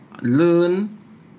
learn